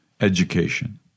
Education